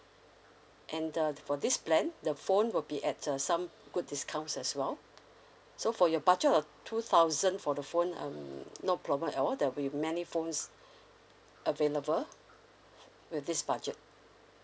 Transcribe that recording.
and the for this plan the phone will be at uh some good discounts as well so for your budget of two thousand for the phone um no problem at all there'll be many phones available with its budget